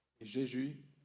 Jésus